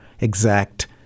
exact